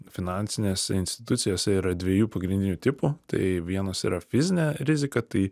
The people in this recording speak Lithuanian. finansinėse institucijose yra dviejų pagrindinių tipų tai vienos yra fizinė rizika tai